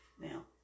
Now